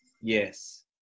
Yes